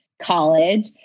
college